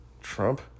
Trump